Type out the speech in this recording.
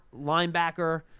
linebacker